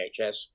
NHS